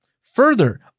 Further